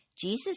Jesus